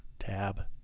tab,